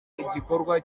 igikorwa